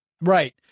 Right